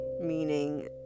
meaning